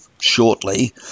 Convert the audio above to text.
shortly